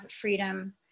freedom